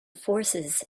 forces